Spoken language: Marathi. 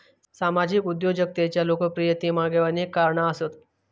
सामाजिक उद्योजकतेच्या लोकप्रियतेमागे अनेक कारणा आसत